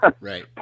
Right